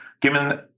given